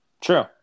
True